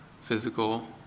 physical